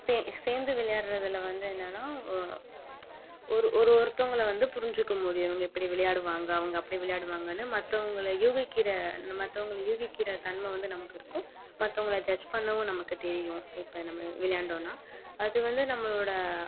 சேந் சேர்ந்து விளையாடுறதுல வந்து என்னென்னா ஒரு ஒரு ஒருத்தவங்கள வந்து புரிஞ்சிக்கமுடியும் இவங்க இப்படி விளையாடுவாங்க அவங்க அப்படி விளையாடுவாங்கன்னு மற்றவங்கள யூகிக்கின்ற மற்றவங்கள யூகிக்கின்ற தன்மை வந்து நமக்கும் இருக்கும் மற்றவங்கள ஜட்ஜ் பண்ணவும் நமக்கு தெரியும் இப்போ நம்ம விளையாண்டோன்னா அது வந்து நம்மளோடய